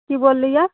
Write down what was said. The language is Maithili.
कि बोललियै